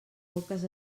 poques